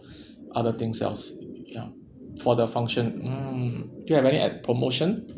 other things else ya for the function mm do you have any uh promotion